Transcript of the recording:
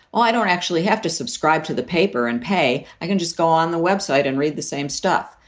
ah i don't actually have to subscribe to the paper and pay. i can just go on the web site and read the same stuff.